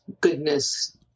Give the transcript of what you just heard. goodness